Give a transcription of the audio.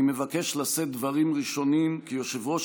אני מבקש לשאת דברים ראשונים כיושב-ראש